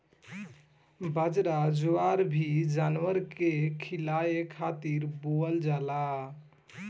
बजरा, जवार भी जानवर के खियावे खातिर बोअल जाला